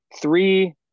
Three